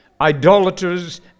idolaters